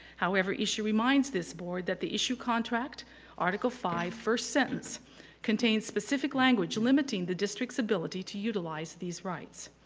however, issu reminds this board that the issu contract article five first sentence contains specific language limiting the district's ability to utilize these rights.